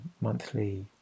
monthly